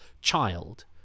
child